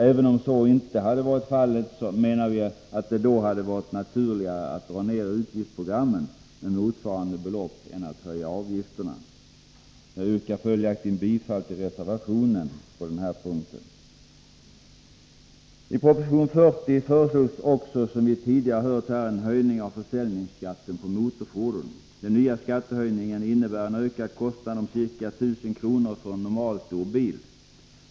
Även om så inte hade varit fallet, anser vi att det då varit naturligare att dra ner utgiftsprogrammen med motsvarande belopp än att höja avgifterna. Jag yrkar följaktligen bifall till reservationen på denna punkt. I proposition 40 föreslås också, som vi tidigare hört här, en höjning av försäljningsskatten på motorfordon. Den nya skattehöjningen innebär en ökad kostnad om ca 1 000 kr. för en normalstor bil.